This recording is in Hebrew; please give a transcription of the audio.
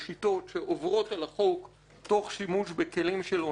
שעוברות על החוק תוך שימוש בכלים של הונאה.